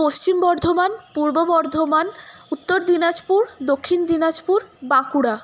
পশ্চিম বর্ধমান পূর্ব বর্ধমান উত্তর দিনাজপুর দক্ষিণ দিনাজপুর বাঁকুড়া